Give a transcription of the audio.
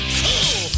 cool